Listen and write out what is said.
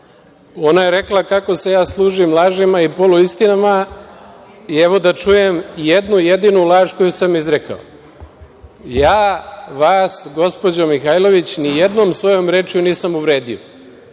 Ona je rekla kako se ja služim lažima i poluistinama i evo, da čujem jednu jedinu laž koju sam izrekao. Ja vas, gospođo Mihajlović, nijednom svojom rečju nisam uvredio.